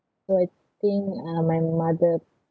so I think uh my mother